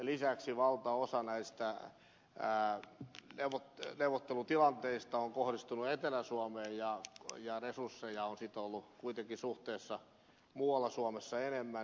lisäksi valtaosa näistä neuvottelutilanteista on kohdistunut etelä suomeen ja resursseja on kuitenkin ollut suhteessa muualla suomessa enemmän